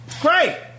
Great